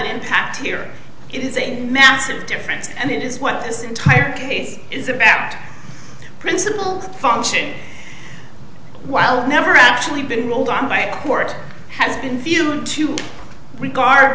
an impact here it is a massive difference and it is what this entire case is about principles functioning while never actually been ruled on by a court has been feeling to regard